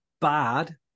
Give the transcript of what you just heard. bad